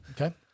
okay